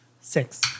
Six